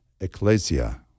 ecclesia